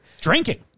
Drinking